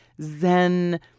Zen